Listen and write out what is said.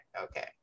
okay